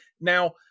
Now